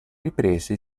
riprese